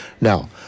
Now